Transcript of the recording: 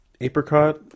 apricot